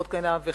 ועוד כהנה וכהנה,